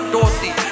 Dorothy